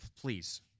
please